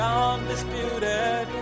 undisputed